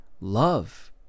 Love